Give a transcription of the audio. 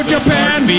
Japan